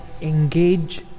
engage